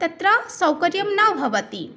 तत्र सौकर्यं न भवति